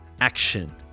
action